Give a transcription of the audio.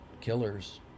killers